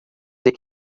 they